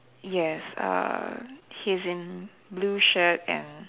yes err he's in blue shirt and